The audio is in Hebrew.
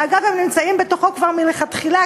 שאגב הם נמצאים בתוכו כבר מלכתחילה,